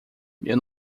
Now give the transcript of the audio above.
meu